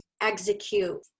Execute